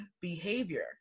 behavior